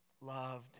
loved